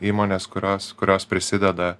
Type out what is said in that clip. įmonės kurios kurios prisideda